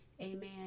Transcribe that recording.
Amen